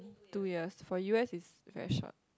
two years for u_s is very short